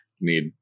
need